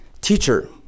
Teacher